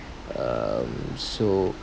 um so